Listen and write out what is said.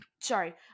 sorry